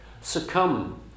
succumb